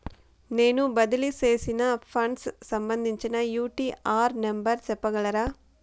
నేను బదిలీ సేసిన ఫండ్స్ సంబంధించిన యూ.టీ.ఆర్ నెంబర్ సెప్పగలరా